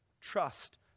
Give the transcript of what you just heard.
trust